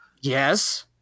yes